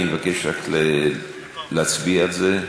אני מבקש רק להצביע על זה.